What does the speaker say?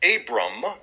Abram